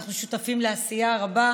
אנחנו שותפים לעשייה הרבה,